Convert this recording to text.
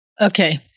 Okay